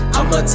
I'ma